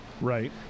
Right